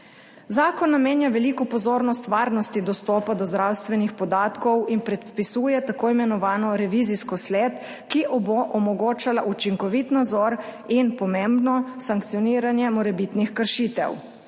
Zakon namenja veliko pozornost varnosti dostopa do zdravstvenih podatkov in predpisuje tako imenovano revizijsko sled, ki bo omogočala učinkovit nadzor in pomembno sankcioniranje morebitnih kršitev.